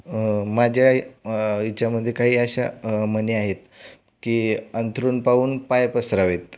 माझ्याइ याच्यामध्ये काही अशा म्हणी आहेत की अंथरूण पाहून पाय पसरावेत